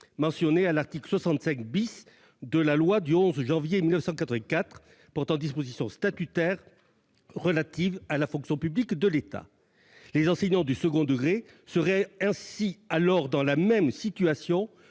mentionnée à l'article 65 de la loi du 11 janvier 1984 portant dispositions statutaires relatives à la fonction publique de l'État. Les enseignants du second degré se trouveraient dès lors dans la même situation